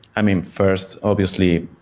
i mean, first, obviously,